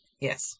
Yes